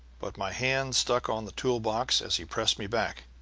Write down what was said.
but my hand struck on the tool-box as he pressed me back,